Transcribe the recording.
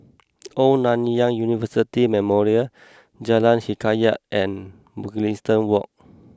Old Nanyang University Memorial Jalan Hikayat and Mugliston Walk